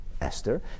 Esther